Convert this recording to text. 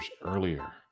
earlier